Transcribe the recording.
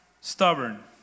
stubborn